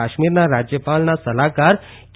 કાશ્મીરના રાજ્યપાલના સલાહકાર કે